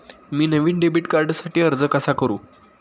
मी नवीन डेबिट कार्डसाठी अर्ज कसा करु?